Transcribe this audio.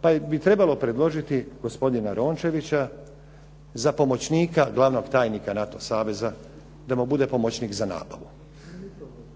pa bi trebalo predložiti gospodina Rončevića za pomoćnika glavnog tajnika NATO saveza da mu bude pomoćnik za nabavu.